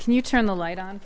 can you turn the light on